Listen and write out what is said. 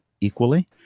equally